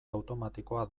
automatikoa